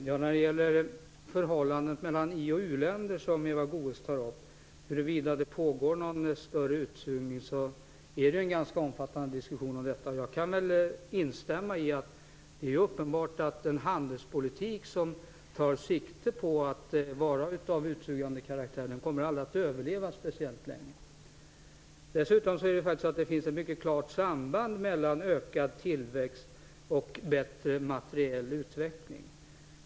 Herr talman! Eva Goës tog upp förhållandet mellan i-länder och u-länder och frågan om det pågår en större utsugning. Det pågår en ganska omfattande diskussion om detta. Jag kan nog instämma i att det är uppenbart att en handelspolitik som tar sikte på att vara av utsugande karaktär inte kommer att överleva speciellt länge. Dessutom finns det ett mycket klart samband mellan ökad tillväxt och en bättre materiell utveckling.